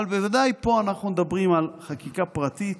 בוודאי, פה אנחנו מדברים על חקיקה פרטית,